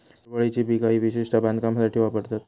हिरवळीची पिका ही विशेषता बांधकामासाठी वापरतत